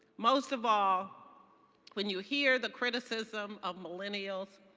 most of all when you hear the criticism of millennials,